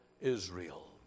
Israel